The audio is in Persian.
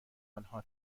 آنها